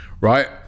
right